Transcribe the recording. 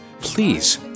Please